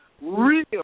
real